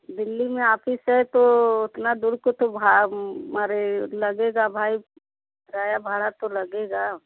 दिल्ली में आफिस है तो उतना दूर का तो भा अरे लगेगा भाई किराया भाड़ा तो लगेगा